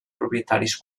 propietaris